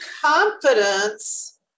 confidence